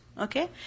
Okay